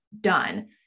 done